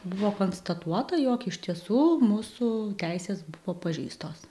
buvo konstatuota jog iš tiesų mūsų teisės buvo pažeistos